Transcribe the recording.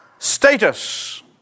status